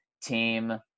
team